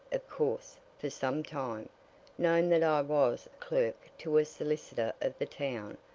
of course, for some time known that i was clerk to a solicitor of the town,